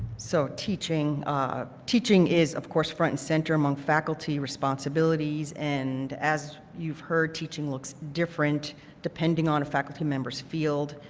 so teaching ah teaching is of course front and center among faculty responsibilities and as you've heard, teaching looks different depending on a faculty member's field.